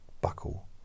buckle